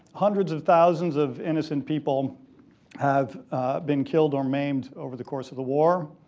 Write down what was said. hundreds of thousands of innocent people have been killed or maimed over the course of the war,